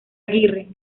aguirre